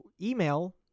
email